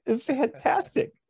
fantastic